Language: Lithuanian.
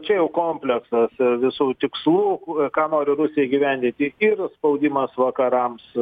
čia jau kompleksas visų tikslų ką nori rusija įgyvendinti ir spaudimas vakarams